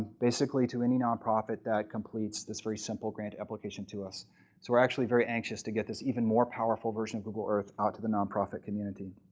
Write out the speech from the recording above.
basically to any nonprofit that completes this very simple grant application to us. we so are actually very anxious to get this even more powerful version of google earth out to the nonprofit community.